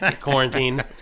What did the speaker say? quarantine